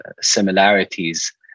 similarities